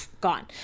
gone